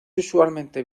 usualmente